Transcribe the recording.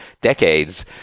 decades